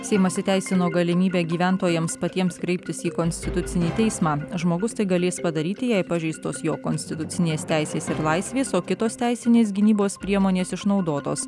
seimas įteisino galimybę gyventojams patiems kreiptis į konstitucinį teismą žmogus tai galės padaryti jei pažeistos jo konstitucinės teisės ir laisvės o kitos teisinės gynybos priemonės išnaudotos